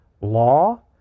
law